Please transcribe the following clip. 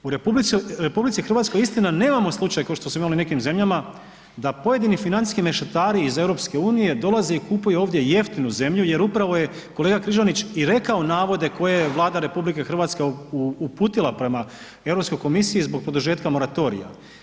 U RH, istina, nemamo slučaj kao što smo imali u nekim zemljama da pojedini financijski mešetari iz EU-e dolaze i kupuju ovdje jeftinu zemlju jer upravo je kolega Križanić i rekao navode koje je Vlada RH uputila prema EU komisiji zbog produžetka moratorija.